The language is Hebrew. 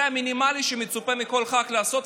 זה המינימלי שמצופה מכל ח"כ לעשות,